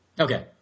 Okay